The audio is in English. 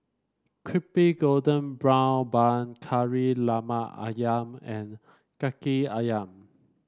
Crispy Golden Brown Bun Kari Lemak ayam and kaki ayam